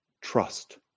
trust